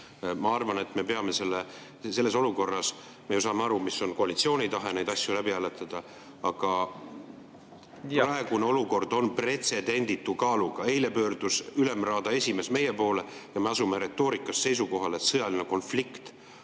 ainuüksi selle teksti menetlemine siin. Me saame aru, miks koalitsioon tahab neid asju läbi hääletada, aga praegune olukord on pretsedenditu kaaluga. Eile pöördus Ülemraada esimees meie poole ja me asume retoorikas seisukohale, et sõjaline konflikt